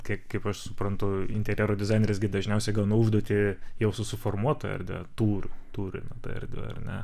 kai kaip aš suprantu interjero dizainerės gi dažniausiai gauna užduotį jau su suformuota erdva tūriu tūriu tą erdvę ar ne